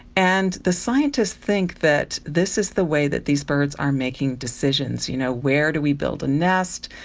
and the scientists think that this is the way that these birds are making decisions, you know, where do we build a nest,